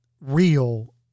real